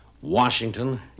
Washington